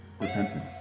repentance